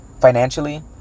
financially